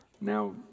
Now